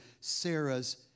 Sarah's